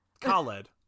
Khaled